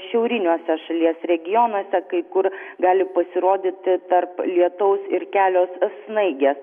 šiauriniuose šalies regionuose kai kur gali pasirodyti tarp lietaus ir kelios snaigės